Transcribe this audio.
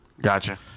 Gotcha